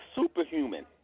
superhuman